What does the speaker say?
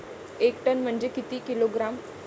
एक टन म्हनजे किती किलोग्रॅम?